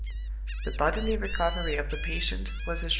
the bodily recovery of the patient was assured.